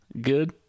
good